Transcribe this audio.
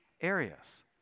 areas